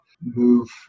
move